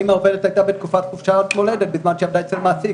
האם כשהעובדת הייתה בחופשת מולדת בזמן שהיא עבדה אצל מעסיק,